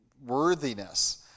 worthiness